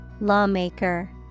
Lawmaker